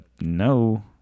No